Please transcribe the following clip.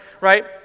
right